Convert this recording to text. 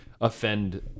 offend